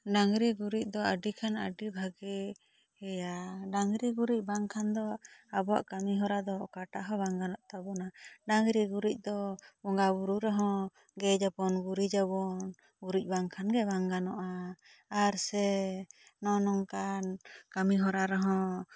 ᱰᱟᱹᱝᱜᱽᱨᱤ ᱜᱩᱨᱤᱡ ᱫᱚ ᱟᱹᱰᱤ ᱠᱷᱟᱱ ᱟᱹᱰᱤ ᱵᱷᱟᱹᱜᱤ ᱜᱮᱭᱟ ᱰᱟᱝᱜᱽᱨᱤ ᱜᱷᱩᱨᱤᱡ ᱵᱟᱝ ᱠᱷᱟᱱ ᱫᱚ ᱟᱵᱚᱣᱟᱜ ᱠᱟᱹᱢᱤ ᱦᱚᱨᱟ ᱫᱚ ᱚᱠᱟᱴᱟᱜ ᱦᱚᱸ ᱵᱟᱝ ᱜᱟᱱᱚᱜ ᱛᱟᱵᱚᱱᱟ ᱰᱟᱹᱝᱜᱽᱨᱤ ᱜᱩᱨᱤᱡ ᱫᱚ ᱵᱚᱸᱝᱜᱟ ᱵᱩᱨᱩ ᱨᱮᱦᱚᱸ ᱜᱮᱡ ᱟᱵᱚᱱ ᱜᱩᱨᱤᱡ ᱟᱵᱚᱱ ᱜᱩᱨᱤᱡ ᱵᱟᱝ ᱠᱷᱟᱱ ᱜᱮ ᱵᱟᱝ ᱜᱟᱱᱚᱜᱼᱟ ᱟᱨ ᱥᱮ ᱱᱚᱜᱼᱚ ᱱᱚᱝᱠᱟ ᱠᱟᱹᱢᱤ ᱦᱚᱨᱟ ᱨᱮᱦᱚᱸ